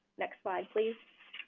next slide please.